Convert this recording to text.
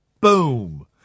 Boom